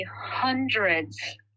hundreds